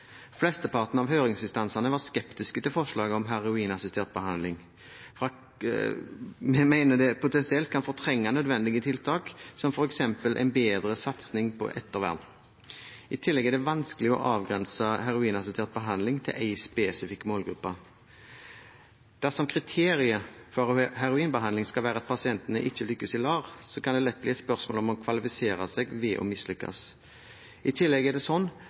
Flesteparten av høringsinstansene var skeptiske til forslaget om heroinassistert behandling. Vi mener det potensielt kan fortrenge nødvendige tiltak, som f.eks. en bedre satsing på ettervern. I tillegg er det vanskelig å avgrense heroinassistert behandling til en spesifikk målgruppe. Dersom kriteriet for heroinbehandling skal være at pasienten ikke lykkes i LAR, kan det lett bli et spørsmål om å kvalifisere seg ved å mislykkes. I tillegg er det sånn